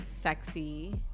Sexy